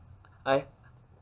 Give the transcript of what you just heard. I